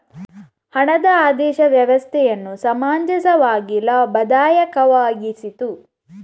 ಹಣದ ಆದೇಶ ವ್ಯವಸ್ಥೆಯನ್ನು ಸಮಂಜಸವಾಗಿ ಲಾಭದಾಯಕವಾಗಿಸಿತು